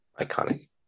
Iconic